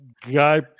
guy